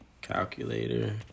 Calculator